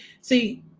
See